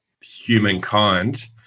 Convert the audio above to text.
humankind